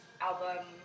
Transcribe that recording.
album